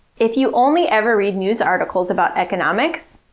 if you only ever read news articles about economics,